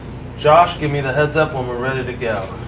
josh give me the heads up when we're ready to go.